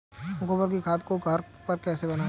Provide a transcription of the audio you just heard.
गोबर की खाद को घर पर कैसे बनाएँ?